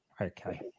Okay